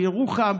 בירוחם,